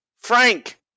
Frank